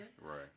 right